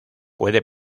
puede